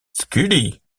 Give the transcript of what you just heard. scully